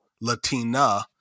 Latina